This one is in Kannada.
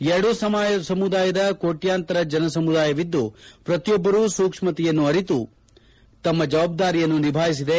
ಎರಡೂ ಸಮುದಾಯದ ಕೋಟ್ಕಂತರ ಜನಸಮುದಾಯವಿದ್ದು ಪ್ರತಿಯೊಬ್ಬರೂ ಸೂಕ್ಷ್ಮತೆಯನ್ನು ಅರಿತು ಸಭೆ ಜವಾಬ್ದಾರಿಯನ್ನು ನಿಭಾಯಿಸಿದೆ